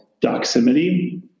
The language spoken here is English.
Doximity